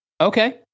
Okay